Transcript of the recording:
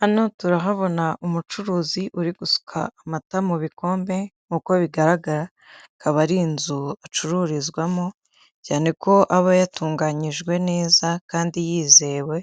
Hano turahabona umucuruzi uri gusuka amata mu bikombe nk'uko bigaragara, akaba ari inzu acururizwamo cyane ko aba yatunganyijwe neza kandi yizewe,